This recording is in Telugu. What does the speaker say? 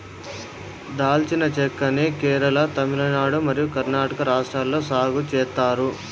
దాల్చిన చెక్క ని కేరళ, తమిళనాడు మరియు కర్ణాటక రాష్ట్రాలలో సాగు చేత్తారు